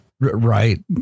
Right